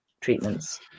treatments